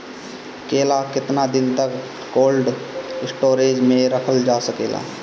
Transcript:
केला केतना दिन तक कोल्ड स्टोरेज में रखल जा सकेला?